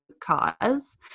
cause